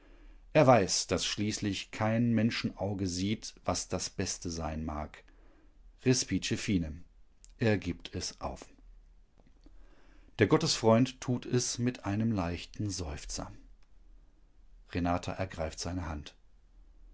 er weiß daß schließlich kein menschenauge sieht was das beste sein mag respice finem er gibt es auf der gottesfreund tut es mit einem leichten seufzer renata ergreift seine hand